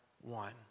one